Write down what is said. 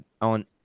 on